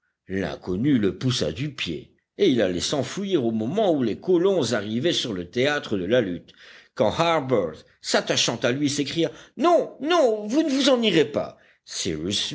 l'inconnu le poussa du pied et il allait s'enfuir au moment où les colons arrivaient sur le théâtre de la lutte quand harbert s'attachant à lui s'écria non non vous ne vous en irez pas